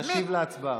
להשיב להצבעה.